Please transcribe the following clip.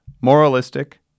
Moralistic